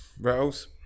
Rattles